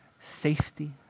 safety